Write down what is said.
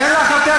תשתוק אתה.